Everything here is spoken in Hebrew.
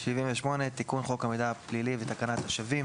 78.תיקון חוק המידע הפלילי ותקנת השבים